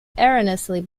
erroneously